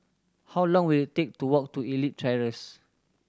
how long will it take to walk to Elite Terrace